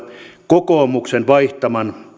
kokoomuksen vaihtavan